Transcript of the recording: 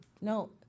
No